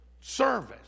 service